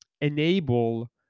enable